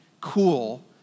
cool